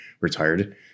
retired